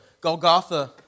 Golgotha